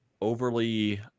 overly